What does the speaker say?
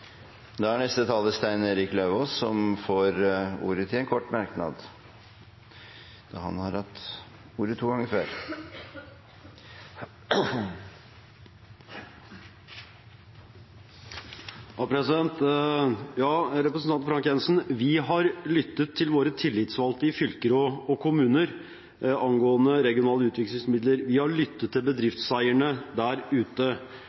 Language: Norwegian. Stein Erik Lauvås har hatt ordet to ganger tidligere og får ordet til en kort merknad, begrenset til 1 minutt. Til representanten Frank J. Jenssen: Vi har lyttet til våre tillitsvalgte i fylker og kommuner angående regionale utviklingsmidler. Vi har lyttet til bedriftseierne der ute.